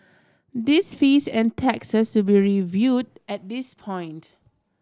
these fees and taxes will be reviewed at this point